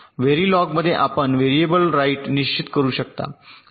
व्हॅरिलोगमध्ये आपण व्हेरिएबल राईट निश्चित करू शकता